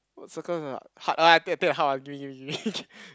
got circus ah hard ah take take the hard one give me give me give me